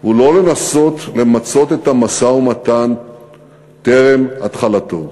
הוא לא לנסות למצות את המשא-ומתן טרם התחלתו,